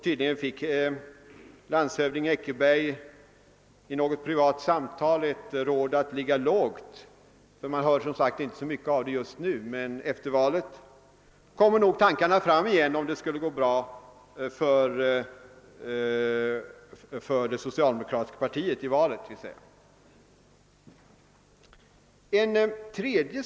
Tydligen fick landshövding Eckerberg vid något privat samtal rådet att ligga lågt, eftersom det nu inte hörs mycket om detta. Men om valet går bra för det socialdemokratiska partiet, kommer nog tankarna igen.